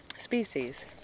species